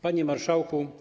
Panie Marszałku!